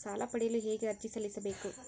ಸಾಲ ಪಡೆಯಲು ಹೇಗೆ ಅರ್ಜಿ ಸಲ್ಲಿಸಬೇಕು?